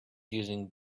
using